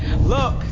Look